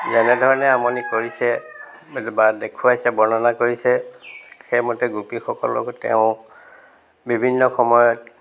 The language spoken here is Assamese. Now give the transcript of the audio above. যেনে ধৰণে আমনি কৰিছে বা দেখুৱাইছে বৰ্ণনা কৰিছে সেইমতে গোপীসকলক তেওঁ বিভিন্ন সময়ত